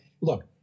look